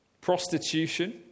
prostitution